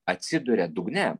atsiduria dugne